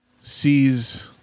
sees